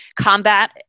Combat